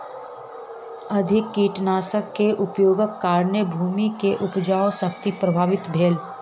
अधिक कीटनाशक के उपयोगक कारणेँ भूमि के उपजाऊ शक्ति प्रभावित भेल